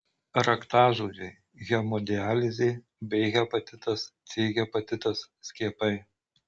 raktažodžiai hemodializė b hepatitas c hepatitas skiepai